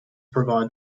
provide